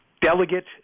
Delegate